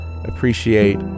appreciate